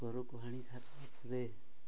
ଗରକୁ ଆଣି ସାରେ